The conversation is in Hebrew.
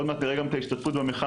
עוד מעט נראה גם את ההשתתפות במחאה,